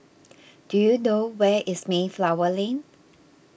do you know where is Mayflower Lane